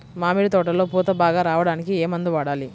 మామిడి తోటలో పూత బాగా రావడానికి ఏ మందు వాడాలి?